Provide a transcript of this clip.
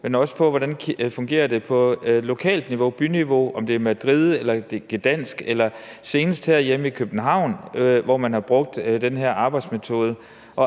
kigget på, hvordan det fungerer på lokalt niveau, byniveau, om det er Madrid eller det er Gdansk eller senest herhjemme i København, hvor man har brugt den her arbejdsmetode.